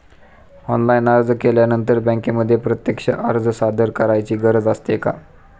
Online अर्ज केल्यानंतर बँकेमध्ये प्रत्यक्ष अर्ज सादर करायची गरज असते का?